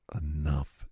Enough